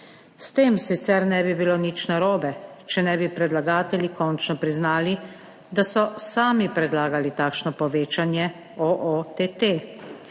S tem sicer ne bi bilo nič narobe, če ne bi predlagatelji končno priznali, da so sami predlagali takšno povečanje OOTT.